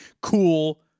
cool